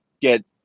get